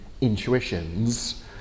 intuitions